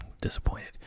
disappointed